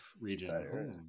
region